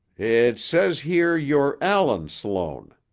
it says here you're allan sloan.